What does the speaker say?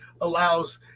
allows